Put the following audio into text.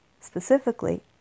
specifically